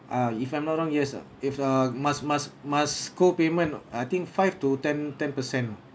ah if I'm not wrong yes ah if uh must must must copayment I think five to ten ten percent